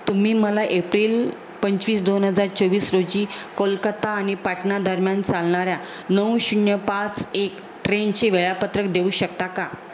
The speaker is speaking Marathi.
तुम्ही मला एप्रिल पंचवीस दोन हजार चोवीस रोजी कोलकत्ता आणि पाटणा दरम्यान चालणाऱ्या नऊ शून्य पाच एक ट्रेनचे वेळापत्रक देऊ शकता का